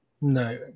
No